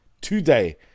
today